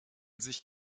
sich